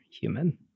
human